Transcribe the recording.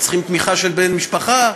שצריכים תמיכה של בן-משפחה.